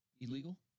illegal